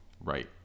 Right